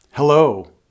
Hello